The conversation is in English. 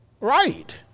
Right